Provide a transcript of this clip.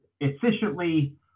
efficiently